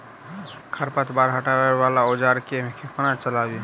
खरपतवार हटावय वला औजार केँ कोना चलाबी?